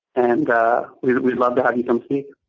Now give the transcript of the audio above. and we'd we'd love to have you come speak.